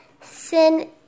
sin